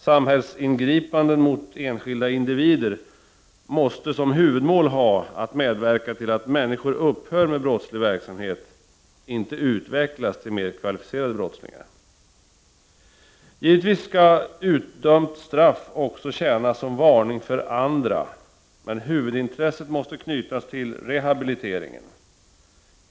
Samhällsingripanden mot enskilda individer måste såsom huvudmål ha att medverka till att människor upphör med brottslig verksamhet — inte utvecklas till mer kvalificerade brottslingar. Givetvis skall utdömt straff också tjäna som varning för andra, men huvudintresset måste knytas till rehabiliteringen.